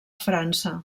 frança